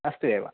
अस्तु एव